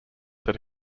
that